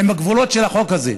עם הגבולות של החוק הזה.